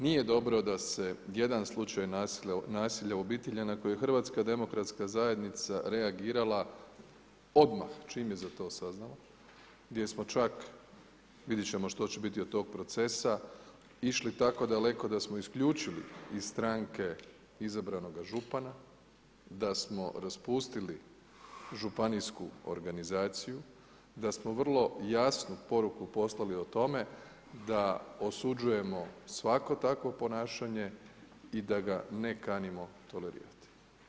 Nije dobro da se jedan slučaj nasilja u obitelji na koji je HDZ reagirala odmah čim je za to saznala, gdje smo sad, vidjeti ćemo što će biti od tog procesa, išli tako daleko da smo isključili iz stranke izabranoga župana, da smo raspustili županijsku organizaciju, da smo vrlo jasnu poruku poslali o tome da osuđujemo svako takvo ponašanje i da ga ne kanimo tolerirati.